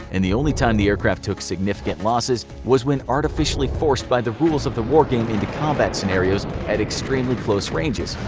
and the only time the aircraft took significant losses was when artificially forced by the rules of the war game into a combat scenario at extremely close ranges.